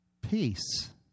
peace